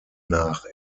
nach